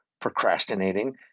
procrastinating